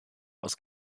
aus